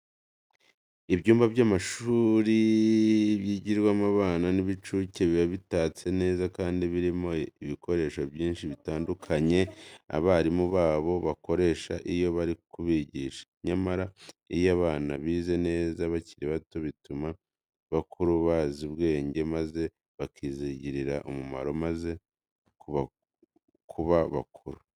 Ibyumba by'amashuri yigiramo abana b'incuke biba bitatse neza kandi birimo ibikoresho byinshi bitandukanye abarimu babo bakoresha iyo bari kubigisha. Nyamara iyo abana bize neza bakiri bato bituma bakura bazi ubwenge maze bakazigirira umumaro bamaze kuba bakuru.